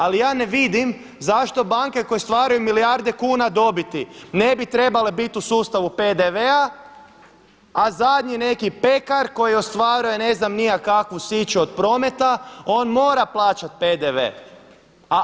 Ali ja ne vidim zašto banke koje stvaraju milijarde kuna dobiti ne bi trebale biti u sustavu PDV-e, a zadnji neki pekar koji ostvaruje ne znam ni ja kakvu siću od prometa on mora plaćati PDV-e.